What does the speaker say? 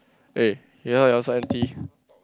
eh your one so empty